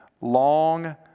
Long